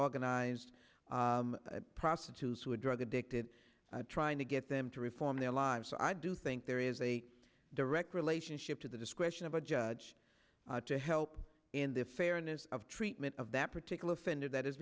organized prostitutes who had drug addicted trying to get them to reform their lives i do think there is a direct relationship to the discretion of a judge to help in the fairness of treatment of that particular fended that is